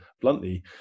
bluntly